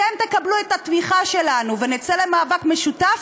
אתם תקבלו את התמיכה שלנו ונצא למאבק משותף